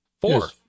Four